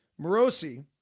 Morosi